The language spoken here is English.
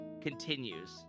continues